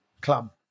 club